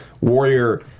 Warrior